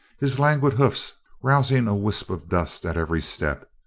his languid hoofs rousing a wisp of dust at every step.